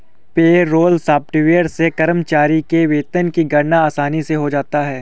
payroll software से कर्मचारी के वेतन की गणना आसानी से हो जाता है